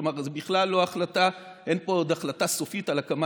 כלומר עוד אין פה החלטה סופית על הקמה